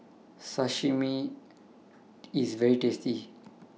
Sashimi IS very tasty